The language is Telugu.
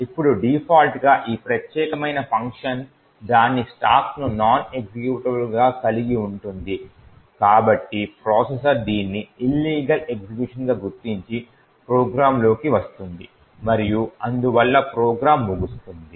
ఇప్పుడు డిఫాల్ట్గా ఈ ప్రత్యేకమైన ఫంక్షన్ దాని స్టాక్ను నాన్ ఎక్జిక్యూటబుల్గా కలిగి ఉంటుంది కాబట్టి ప్రాసెసర్ దీనిని ఇల్లీగల్ ఎగ్జిక్యూషన్గా గుర్తించి ప్రోగ్రామ్లోకి వస్తుంది మరియు అందువల్ల ప్రోగ్రామ్ ముగుస్తుంది